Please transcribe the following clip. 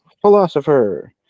philosopher